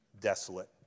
desolate